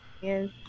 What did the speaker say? Yes